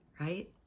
right